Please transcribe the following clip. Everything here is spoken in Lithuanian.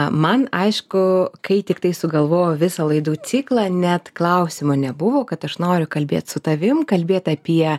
man aišku kai tiktai sugalvojau visą laidų ciklą net klausimo nebuvo kad aš noriu kalbėt su tavim kalbėt apie